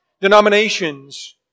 denominations